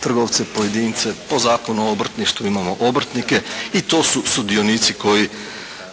trgovce pojedince. Po Zakonu o obrtništvu imamo obrtnike. I to su sudionici